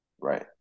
Right